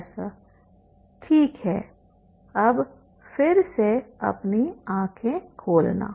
professor ठीक है अब फिर से अपनी आँखें खोलना